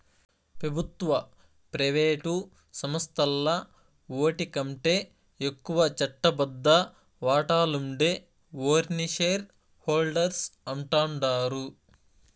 పెబుత్వ, ప్రైవేటు సంస్థల్ల ఓటికంటే ఎక్కువ చట్టబద్ద వాటాలుండే ఓర్ని షేర్ హోల్డర్స్ అంటాండారు